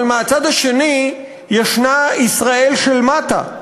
אבל מהצד השני ישנה ישראל של מטה,